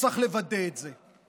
וצריך לוודא את זה.